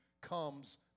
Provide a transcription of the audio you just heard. comes